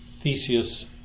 Theseus